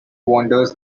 wanders